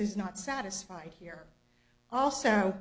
is not satisfied here also